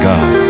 God